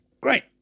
great